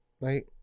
right